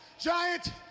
Giant